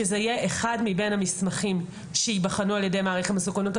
שזה יהיה אחד מבין המסמכים שייבחנו על ידי מעריך המסוכנות,